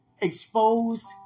exposed